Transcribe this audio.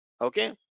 okay